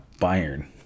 Bayern